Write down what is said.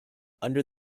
under